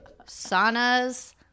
saunas